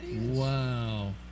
wow